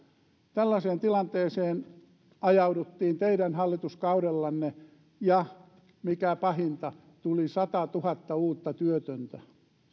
tällaiseen tilanteeseen ajauduttiin teidän hallituskaudellanne ja mikä pahinta tuli satatuhatta uutta työtöntä